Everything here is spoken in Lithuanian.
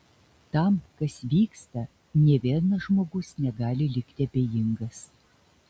tam kas vyksta nė vienas žmogus negali likti abejingas